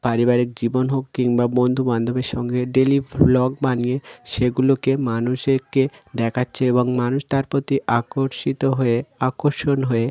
পারিবারিক জীবন হোক কিংবা বন্ধুবান্ধবের সঙ্গে ডেলি ভ্লগ বানিয়ে সেগুলোকে মানুষকে দেখাচ্ছে এবং মানুষ তার প্রতি আকর্ষিত হয়ে আকর্ষণ হয়ে